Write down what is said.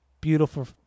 beautiful